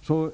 nästa år.